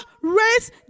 race